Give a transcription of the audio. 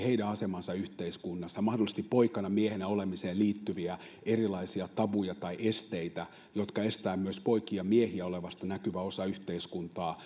heidän asemansa yhteiskunnassa nostaa esiin poikana miehenä olemiseen mahdollisesti liittyviä erilaisia tabuja tai esteitä jotka myös estävät poikia ja miehiä olemasta näkyvä osa yhteiskuntaa